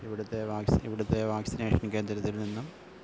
ഇവിടുത്തെ ഈടുത്തെ വാക്സിനേഷൻ കേന്ദ്രത്തിൽനിന്നും